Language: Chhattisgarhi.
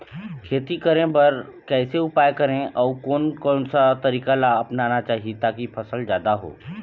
खेती करें बर कैसे उपाय करें अउ कोन कौन सा तरीका ला अपनाना चाही ताकि फसल जादा हो?